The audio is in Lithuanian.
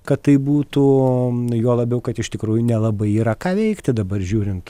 kad taip būtų juo labiau kad iš tikrųjų nelabai yra ką veikti dabar žiūrint